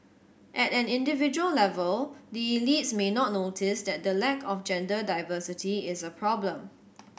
at an individual level the elites may not notice that the lack of gender diversity is a problem